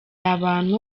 abantu